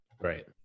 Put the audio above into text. Right